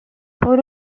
por